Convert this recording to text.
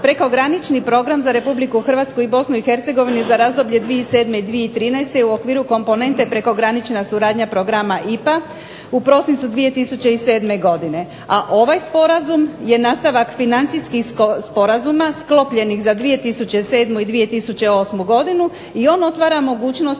prekogranični program za Republiku Hrvatsku i Bosnu i Hercegovinu za razdoblju 2007. i 2013. u okviru komponente prekogranična suradnja programa IPA u prosincu 2007. godine, a ovaj sporazum je nastavak financijskih sporazuma za 2007.i 2008. godinu i on otvara mogućnost